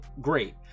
great